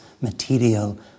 material